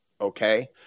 okay